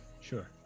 Sure